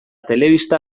telebista